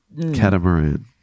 Catamaran